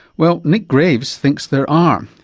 well, nick graves thinks there are.